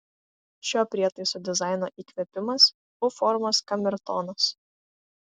šio prietaiso dizaino įkvėpimas u formos kamertonas